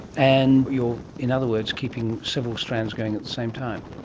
and you are, in other words, keeping several strands going at the same time.